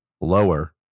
Lower